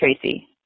Tracy